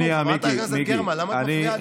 חברת הכנסת גרמן, למה את מפריעה לי?